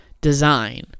design